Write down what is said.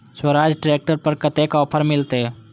Swaraj tractor पर कतेक offer मिलते?